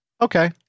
okay